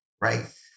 right